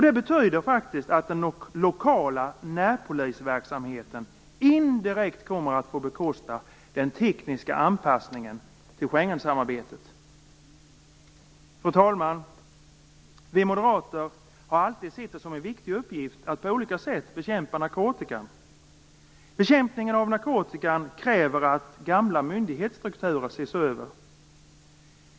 Det betyder faktiskt att den lokala närpolisverksamheten indirekt kommer att få bekosta den tekniska anpassningen till Schengensamarbetet. Fru talman! Vi moderater har alltid sett det som en viktig uppgift att på olika sätt bekämpa narkotikan. Bekämpningen av narkotikan kräver att gamla myndighetsstrukturer ses över.